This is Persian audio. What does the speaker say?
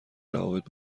روابط